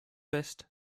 west